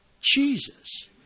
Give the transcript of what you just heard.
Jesus